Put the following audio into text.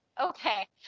Okay